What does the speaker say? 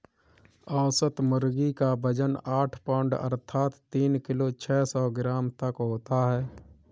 औसत मुर्गी क वजन आठ पाउण्ड अर्थात तीन किलो छः सौ ग्राम तक होता है